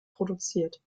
produziert